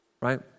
right